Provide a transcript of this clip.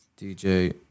DJ